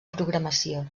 programació